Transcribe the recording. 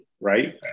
right